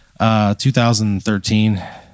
2013